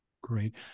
Great